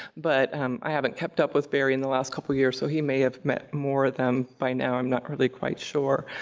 but i haven't kept up with barry in the last couple of years, so he may have met more of them by now, i'm not really quite sure.